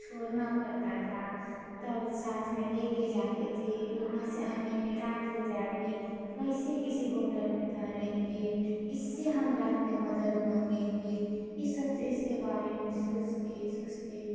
छोड़ना पड़ता था तब साथ में लेकर जाते थे कि वहाँ से आने में रात हो जाएगी कैसे किसी होटल में ठहरेंगे किससे हम रात में मदद माँगेंगे यह सब इसके बारे में सोचते सोचते